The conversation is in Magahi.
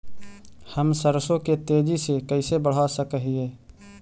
हम सरसों के तेजी से कैसे बढ़ा सक हिय?